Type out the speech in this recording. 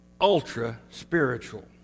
ultra-spiritual